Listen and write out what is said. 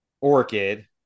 Orchid